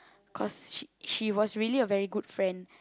cause she she was really a very good friend